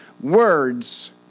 words